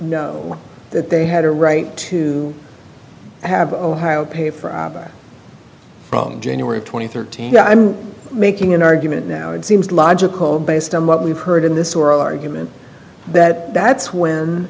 know that they had a right to have ohio pay for from january twenty thirty no i'm making an argument now it seems logical based on what we've heard in this oral argument that that's when